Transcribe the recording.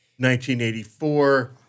1984